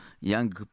young